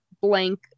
blank